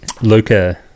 luca